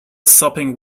sopping